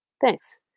Thanks